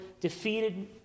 defeated